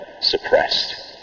suppressed